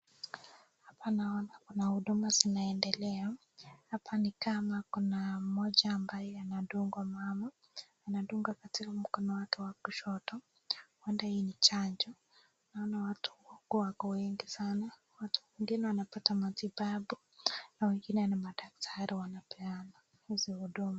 Hapa naona kuna huduma zinaendelea. Hapa ni kama kuna mmoja ambaye anadungwa, anadungwa katika mkono wake wa kushoto, huenda hii ni chanjo. Naona watu huku wako wengi sana. Watu wengine wanapata matibabu na wengine ni madaktari wanapena hizi huduma.